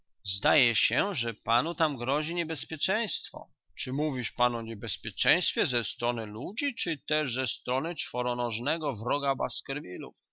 zdaje się że panu tam grozi niebezpieczeństwo czy mówisz pan o niebezpieczeństwie ze strony ludzi czy też ze strony czworonożnego wroga